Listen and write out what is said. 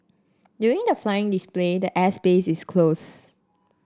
during the flying display the air space is closed